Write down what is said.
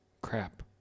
crap